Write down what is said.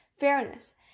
fairness